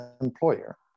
employer